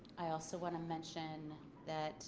i also want to mention that